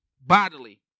bodily